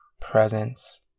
presence